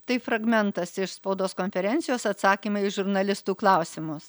tai fragmentas iš spaudos konferencijos atsakymai į žurnalistų klausimus